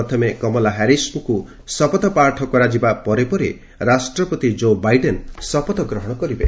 ପ୍ରଥମେ କମଲା ହାରିସଙ୍କୁ ଶପଥପାଠ କରାଯିବ ପରେ ରାଷ୍ଟ୍ରପତି ଜୋ ବାଇଡେନ୍ ଶପଥ ଗ୍ରହଣ କରିବେ